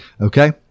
Okay